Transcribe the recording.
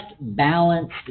balanced